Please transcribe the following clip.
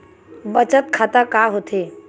बचत खाता का होथे?